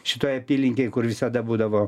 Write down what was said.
šitoj apylinkėj kur visada būdavo